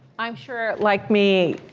i'm sure like me,